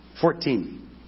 Fourteen